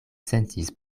sentis